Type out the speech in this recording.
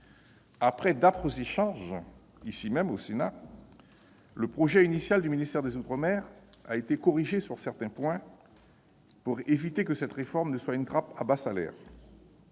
Après d'âpres échanges ici même, le projet initial du ministère des outre-mer a été corrigé sur certains points afin d'éviter que cette réforme ne se traduise par une trappe à bas salaire.